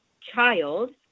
child